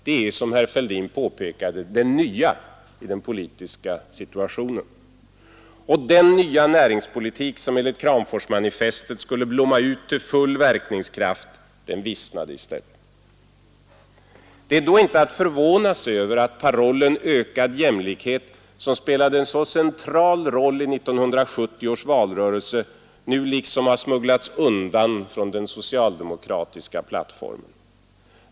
Det är, som herr Fälldin påpekat, det nya i den politiska situationen. Och den nya näringspolitik som enligt Kramforsmanifestet skulle blomma ut till ”full verkningskraft” vissnade i stället. Det är då inte att förvåna sig över att parollen ”ökad jämlikhet”, som spelade en så central roll i 1970 års valrörelse nu liksom smugglats undan från den socialdemokratiska plattformen.